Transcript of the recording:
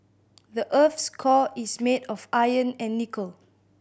the earth's core is made of iron and nickel